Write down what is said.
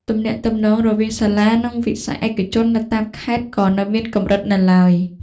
ទំនាក់ទំនងរវាងសាលានិងវិស័យឯកជននៅតាមខេត្តក៏នៅមានកម្រិតនៅឡើយ។